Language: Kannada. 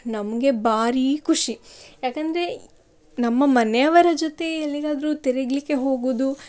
ನಮ್ಗೆ ಬಾರೀ ಖುಷಿ ಯಾಕಂದರೆ ನಮ್ಮ ಮನೆಯವರ ಜೊತೆ ಎಲ್ಲಿಗಾದರು ತಿರುಗ್ಲಿಕ್ಕೆ ಹೋಗೋದು